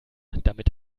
damit